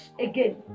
again